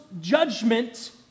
judgment